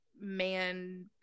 man